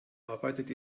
arbeitet